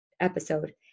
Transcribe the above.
episode